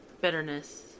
bitterness